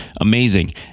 amazing